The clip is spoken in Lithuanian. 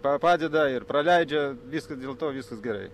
pa padeda ir praleidžia viskas dėl to viskas gerai